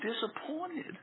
disappointed